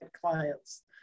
clients